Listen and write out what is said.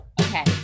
okay